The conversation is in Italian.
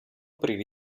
privi